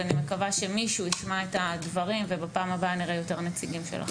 אני מקווה שמישהו ישמע את הדברים ובפעם הבאה נראה יותר נציגים שלכם.